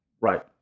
Right